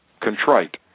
contrite